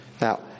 Now